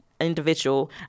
individual